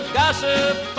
gossip